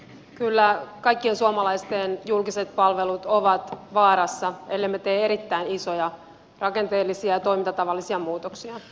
kyllä kaikkien suomalaisten julkiset palvelut ovat vaarassa ellemme tee erittäin isoja rakenteellisia ja toimintatavallisia muutoksia